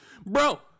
Bro